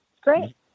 Great